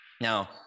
now